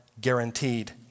guaranteed